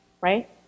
right